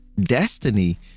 Destiny